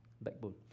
Backbone